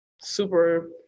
super